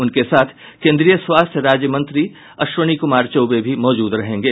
उनके साथ केन्द्रीय स्वास्थ्य राज्य मंत्री अश्विनी कुमार चौबे भी मौजूद रहेंगे